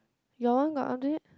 your one got update